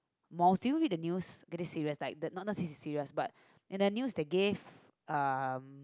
malls did you read the news okay this serious like the not say serious but in the news they gave um